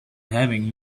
having